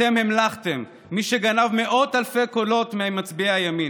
אתם המלכתם את מי שגנב מאות אלפי קולות ממצביעי הימין.